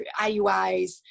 IUIs